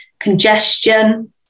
congestion